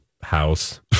house